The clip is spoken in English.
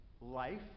life